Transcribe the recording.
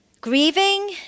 Grieving